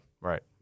Right